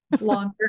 longer